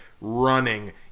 running